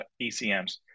ECMS